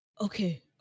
Okay